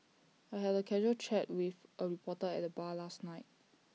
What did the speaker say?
I had A casual chat with A reporter at the bar last night